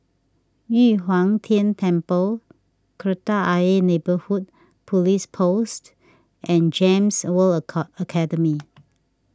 Yu Huang Tian Temple Kreta Ayer Neighbourhood Police Post and Gems World Academy